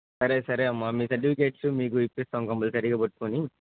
సరే సరే అమ్మ మీ సర్టిఫికెట్స్ మీకు ఇప్పిస్తాము కంపల్సరీగా పట్టుకోని